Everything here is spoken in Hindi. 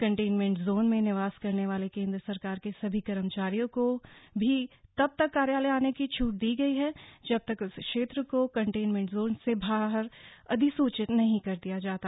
कनटेनमेंट जोन में निवास करने वाले केंद्र सरकार के सभी कर्मचारियों को भी तब तक कार्यालय आने की छूट दी गई है जब तक उस क्षेत्र को कनटेनमेंट जोन से बाहर अधिसूचित नहीं कर दिया जाता